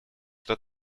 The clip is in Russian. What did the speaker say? что